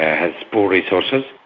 has poor resources.